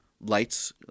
lights